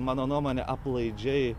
mano nuomone aplaidžiai